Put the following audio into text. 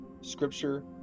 scripture